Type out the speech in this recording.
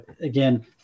again